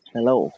Hello